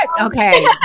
Okay